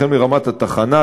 מרמת התחנה,